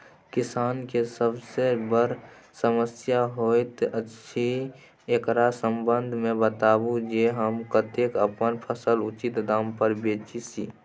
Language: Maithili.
किसान के सबसे बर समस्या होयत अछि, एकरा संबंध मे बताबू जे हम कत्ते अपन फसल उचित दाम पर बेच सी?